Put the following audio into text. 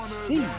see